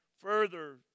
further